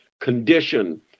condition